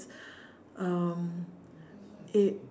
um it